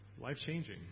life-changing